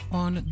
on